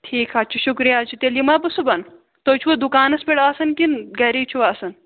ٹھیٖک حظ چھُ شُکرِیہ حظ چھُ تیٚلہِ یِما صُبحَن تُہۍ چھُوا دُکانَس پٮ۪ٹھ آسان کِنہٕ گَرے چھُو آسان